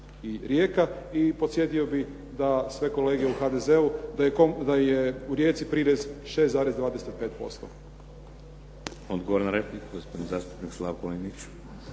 i Rijeka. I podsjetio bih da sve kolege u HDZ-u da je u Rijeci prirez 6,25%.